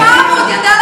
לא באת לעבוד, באת לעשות